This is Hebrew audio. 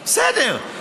בסדר.